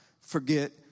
forget